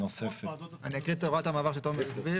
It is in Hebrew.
חוק התכנון והבניה,